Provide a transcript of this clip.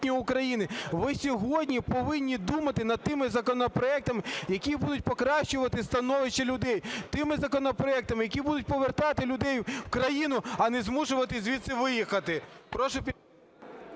Ви сьогодні повинні думати над тими законопроектами, які будуть покращувати становище людей, тими законопроектами, які будуть повертати людей в країну, а не змушувати звідси виїхати.